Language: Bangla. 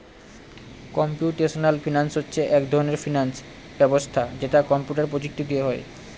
কম্পিউটেশনাল ফিনান্স হচ্ছে এক ধরনের ফিনান্স ব্যবস্থা যেটা কম্পিউটার প্রযুক্তি দিয়ে হয়